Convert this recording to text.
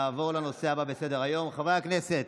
נעבור לנושא הבא בסדר-היום, חברי הכנסת,